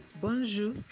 Bonjour